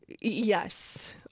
Yes